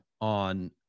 on